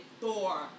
Thor